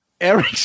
Eric